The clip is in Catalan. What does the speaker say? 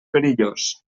perillós